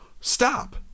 Stop